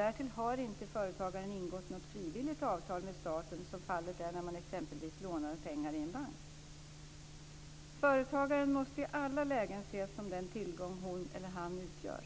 Därtill har inte företagaren ingått något frivilligt avtal med staten, som fallet t.ex. är när man lånar pengar i bank. Företagaren måste i alla lägen ses som den tillgång hon eller han utgör.